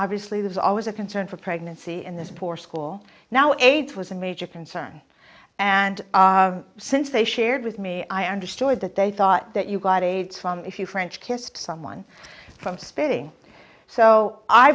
obviously there's always a concern for pregnancy in this poor school now aids was a major concern and since they shared with me i understood that they thought that you got aids from if you french kissed someone from